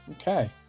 Okay